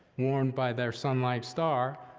warmed by their sunlight star,